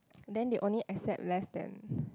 then they only accept less than